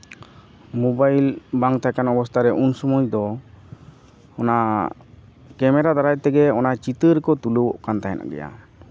mobile ᱵᱟᱝ ᱛᱟᱦᱮᱸᱠᱟᱱ ᱚᱵᱚᱥᱛᱷᱟᱨᱮ ᱩᱱ ᱥᱚᱢᱚᱭ ᱫᱚ ᱚᱱᱟ ᱠᱮᱢᱮᱨᱟ ᱫᱟᱨᱟᱭ ᱛᱮᱜᱮ ᱚᱱᱟ ᱪᱤᱛᱟᱹᱨ ᱠᱚ ᱛᱩᱞᱟᱹᱣᱚᱜ ᱠᱟᱱ ᱛᱟᱦᱮᱱ ᱜᱮᱭᱟ